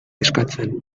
eskatzen